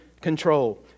control